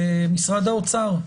נשמע את משרד האוצר,